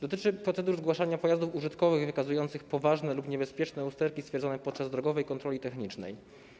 Dotyczy procedur zgłaszania pojazdów użytkowych wykazujących poważne lub niebezpieczne usterki stwierdzone podczas drogowej kontroli technicznej.